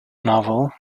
novel